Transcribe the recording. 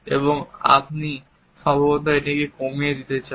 এবং আপনি সম্ভবত এটিকে কমিয়ে দিতে চান